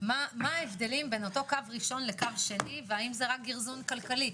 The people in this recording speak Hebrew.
מה ההבדלים בין קו ראשון לשני והאם זה רק גרזון כלכלי.